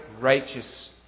righteous